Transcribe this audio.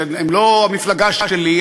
שהם לא המפלגה שלי,